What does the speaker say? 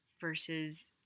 versus